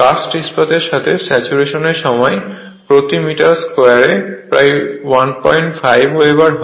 caste ইস্পাতের সাথে saturation এর সময় প্রতি মিটার স্কোয়ারে প্রায় 15 ওয়েবার হয়